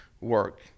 work